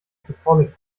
catholic